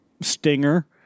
stinger